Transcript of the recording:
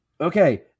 okay